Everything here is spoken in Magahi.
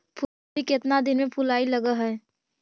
फुलगोभी केतना दिन में फुलाइ लग है?